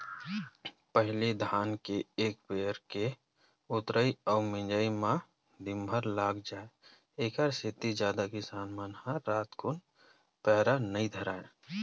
पहिली धान के एक पैर के ऊतरई अउ मिजई म दिनभर लाग जाय ऐखरे सेती जादा किसान मन ह रातकुन पैरा नई धरय